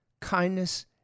kindness